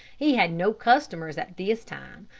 he had no customers at this time,